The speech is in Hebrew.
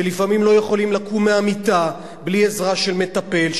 שלפעמים לא יכולים לקום מהמיטה בלי עזרה של מטפל,